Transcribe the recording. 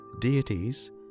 deities